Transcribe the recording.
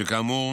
שכאמור